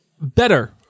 better